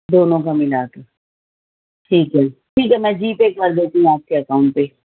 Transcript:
دونوں کا ملا کے ٹھیک ہے ٹھیک ہے میں جی پے کر دیتی ہوں آپ کے اکاؤنٹ پہ